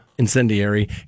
Incendiary